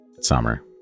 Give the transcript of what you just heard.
summer